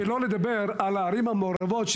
שלא לדבר על הערים המעורבות,